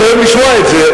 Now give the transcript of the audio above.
אתה אוהב לשמוע את זה,